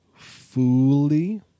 Fooly